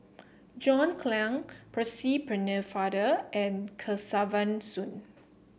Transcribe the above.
John Clang Percy Pennefather and Kesavan Soon